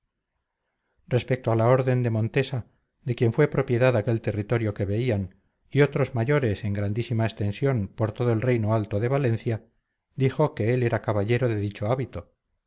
respecto a la orden de montesa de quien fue propiedad aquel territorio que veían y otros mayores en grandísima extensión por todo el reino alto de valencia dijo que él era caballero de dicho hábito